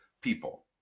people